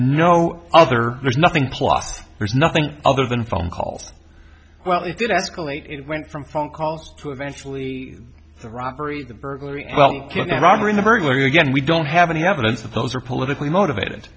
no other there's nothing plus there's nothing other than phone calls well it did escalate it went from phone calls to eventually the robbery the burglary well the robbery in the burglary again we don't have any evidence that those are politically motivated